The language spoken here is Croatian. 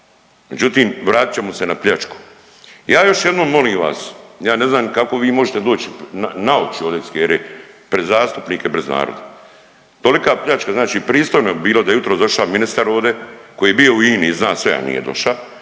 Međutim, vratit ćemo se na pljačku. Ja još jednom molim vas ja ne znam kako vi možete doći na oči ovdje iz HERA-e pred zastupnike, pred narod. Tolika pljačka. Znači pristojno bi bilo da je jutros došao ministar ovdje koji je bio u INA-i i zna sve, a nije doša,